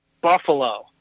Buffalo